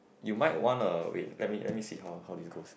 you might wanna wait let me let me see how how did it goes